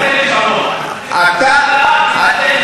בשביל זה בנינו תוכנית של 2.4. אתה מנסה לשנות.